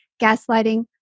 gaslighting